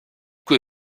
cui